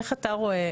איך אתה רואה?